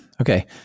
Okay